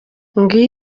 ngiyi